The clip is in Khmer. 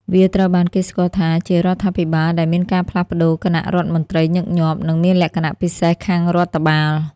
វាត្រូវបានគេស្គាល់ថាជារដ្ឋាភិបាលដែលមានការផ្លាស់ប្តូរគណៈរដ្ឋមន្ត្រីញឹកញាប់ និងមានលក្ខណៈពិសេសខាងរដ្ឋបាល។